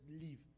leave